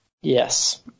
Yes